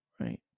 Right